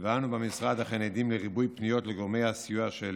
ואנו במשרד אכן עדים לריבוי פניות לגורמי הסיוע של